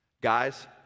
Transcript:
guys